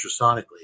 ultrasonically